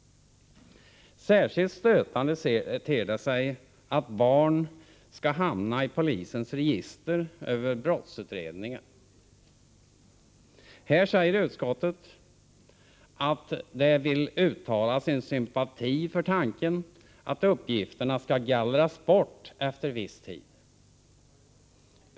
Särskilt stötande ter det sig att barnen skall hamna i polisens register över brottsutredningar. Här säger utskottet att det vill uttala sin sympati för tanken att uppgifterna skall gallras bort efter en viss tid.